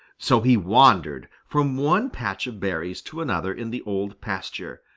so he wandered from one patch of berries to another in the old pasture,